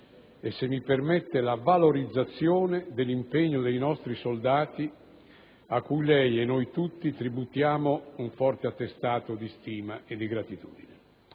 - se mi permette - la valorizzazione dell'impegno dei nostri soldati, a cui lei e noi tutti tributiamo un forte attestato di stima e gratitudine.